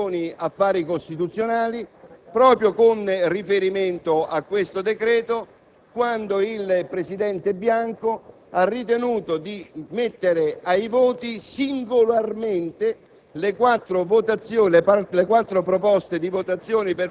precedente che si è celebrato in Commissione affari costituzionali proprio con riferimento al decreto in esame, quando il presidente Bianco ha ritenuto di mettere ai voti singolarmente